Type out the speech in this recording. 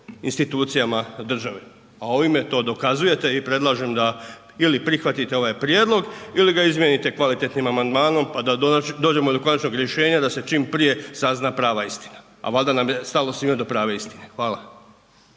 institucijama države, a ovime to dokazujete i predlažem da ili prihvatite ovaj prijedlog ili ga izmijenite kvalitetnim amandmanom, pa da dođemo do konačnog rješenja da se čim prije sazna prava istina, a valjda nam je stalo svima do prave istine. Hvala.